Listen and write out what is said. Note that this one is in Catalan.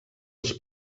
els